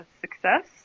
success